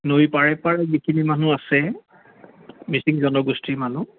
নৈ পাৰে পাৰে যিখিনি মানুহ আছে মিচিং জনগোষ্ঠীৰ মানুহ